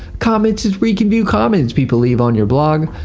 comments is where you can view comments people leave on your blog.